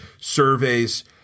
Surveys